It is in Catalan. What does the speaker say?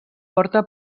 forta